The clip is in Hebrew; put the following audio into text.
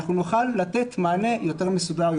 נוכל לתת מענה יותר מסודר,